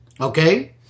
Okay